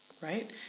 right